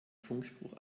funkspruch